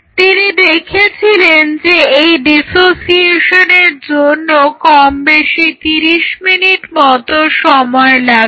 তিনি দেখেছিলেন যে এই ডিসোসিয়েশনের এজন্য কমবেশি 30 মিনিট মতো সময় লাগে